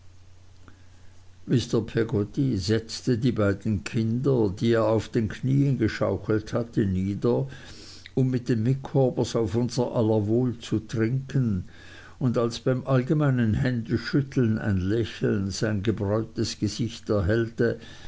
mr peggotty setzte die beiden kinder die er auf den knieen geschaukelt hatte nieder um mit den micawbers auf unser aller wohl zu trinken und als beim allgemeinen händeschütteln ein lächeln sein gebräuntes gesicht erhellte